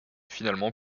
finalement